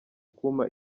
kumpa